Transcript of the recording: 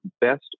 best